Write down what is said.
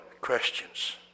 questions